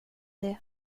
det